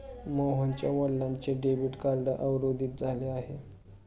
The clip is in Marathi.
मोहनच्या वडिलांचे डेबिट कार्ड अवरोधित झाले आहे